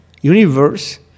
universe